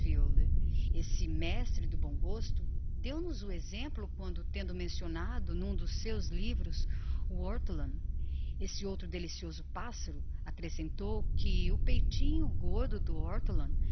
esse mestre do bom gosto deu-nos o exemplo quando tendo mencionado n'um dos seus livros o ortolan esse outro delicioso passaro acrescentou que o peitinho gordo do ortolan